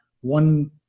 one